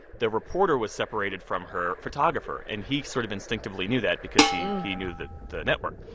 the reporter was separated from her photographer, and he sort of instinctively knew that because he he knew the the network.